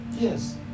Yes